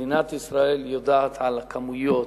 מדינת ישראל יודעת על המספרים,